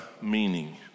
meaning